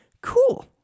Cool